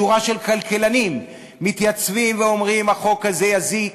שורה של כלכלנים מתייצבים ואומרים: החוק הזה יזיק